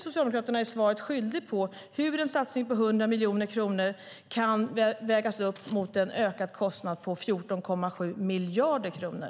Socialdemokraterna är svaret skyldiga på hur en satsning på 100 miljoner kronor kan vägas upp av en ökad kostnad på 14,7 miljarder kronor.